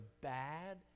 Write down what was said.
bad